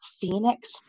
Phoenix